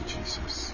Jesus